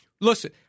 listen